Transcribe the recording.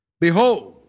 Behold